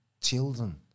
children